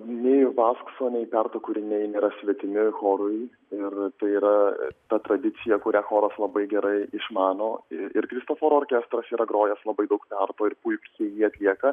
nei vaskso nei perto kūriniai nėra svetimi chorui ir tai yra ta tradicija kurią choras labai gerai išmano ir kristoforo orkestras yra grojęs labai daug perto ir puikiai jį atlieka